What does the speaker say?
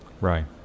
Right